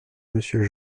monsieur